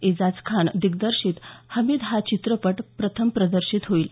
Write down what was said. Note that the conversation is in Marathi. एजाज खान दिग्दर्शित हमीद हा चित्रपट प्रथम प्रदर्शित होईल